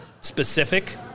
specific